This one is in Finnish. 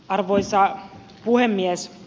arvoisa puhemies